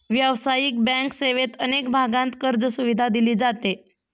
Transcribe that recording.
व्यावसायिक बँक सेवेत अनेक भागांत कर्जसुविधा दिली जाते